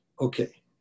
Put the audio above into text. Okay